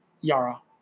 Yara